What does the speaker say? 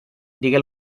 digué